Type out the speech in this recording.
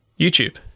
youtube